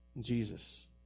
Jesus